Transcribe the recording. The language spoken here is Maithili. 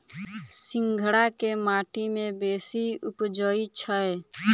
सिंघाड़ा केँ माटि मे बेसी उबजई छै?